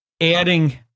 adding